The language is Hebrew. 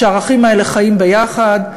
כשהערכים האלה חיים ביחד,